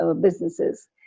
businesses